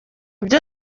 byo